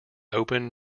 open